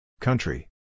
Country